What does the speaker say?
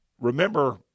Remember